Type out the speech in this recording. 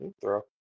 Throw